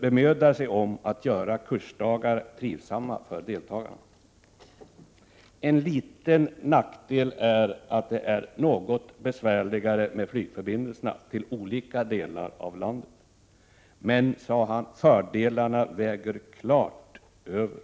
bemödar sig om att göra kursdagar trivsamma för deltagarna. En liten nackdel är att det är något besvärligare med flygförbindelserna till olika delar av landet. Men, sade han, fördelarna väger klart över.